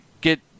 get –